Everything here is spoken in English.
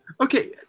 Okay